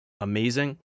amazing